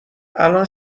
الان